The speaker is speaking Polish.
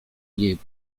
jej